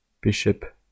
Bishop